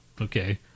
Okay